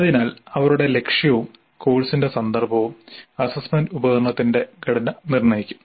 അതിനാൽ അവരുടെ ലക്ഷ്യവും കോഴ്സിന്റെ സന്ദർഭവും അസ്സസ്സ്മെന്റ് ഉപകരണത്തിന്റെ ഘടന നിർണ്ണയിക്കും